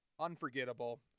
Unforgettable